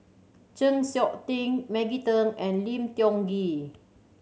Chng Seok Tin Maggie Teng and Lim Tiong Ghee